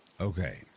Okay